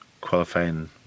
qualifying